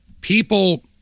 People